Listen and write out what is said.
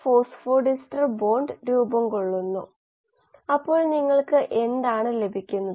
fluorescence സൂചകത്തിൻറെ അളവ് ചില വ്യവസ്ഥകളിൽ ബയോമാസ് കണക്കാക്കാൻ ഉപയോഗിക്കുന്നു ഇത് നമ്മൾ ഇതിനകം കണ്ടു